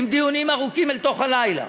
עם דיונים ארוכים אל תוך הלילה,